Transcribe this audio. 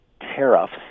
tariffs